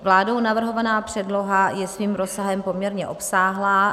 Vládou navrhovaná předloha je svým rozsahem poměrně obsáhlá.